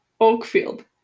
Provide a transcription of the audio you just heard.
Oakfield